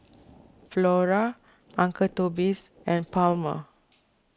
Flora Uncle Toby's and Palmer